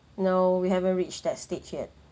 no we haven't reach that stage yet